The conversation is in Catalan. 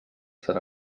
serà